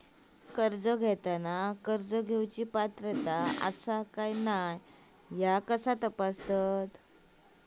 कर्ज घेताना कर्ज घेवची पात्रता आसा काय ह्या कसा तपासतात?